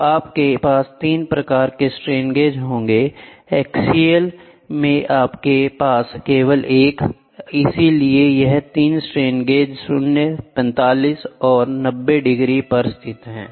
तो आपके पास 3 प्रकार के स्ट्रेन गेज होंगे यूनीएक्सएल में आपके पास केवल 1 हैं इसलिए यह 3 स्ट्रेन गेज 0 45 और 90 डिग्री पर स्थित हैं